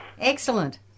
Excellent